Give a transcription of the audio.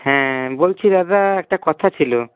হ্যাঁ বলছি দাদা একটা কথা ছিল